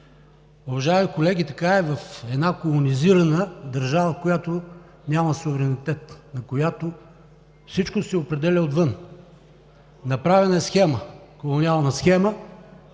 Уважаеми колеги, така е в една колонизирана държава, която няма суверенитет, на която всичко се определя отвън. Направена е колониална схема